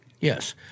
Yes